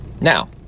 Now